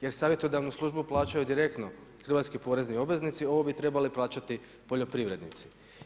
Jer savjetodavnu službu plaćaju direktno hrvatski porezni obveznici, ovo bi trebali plaćati poljoprivrednici.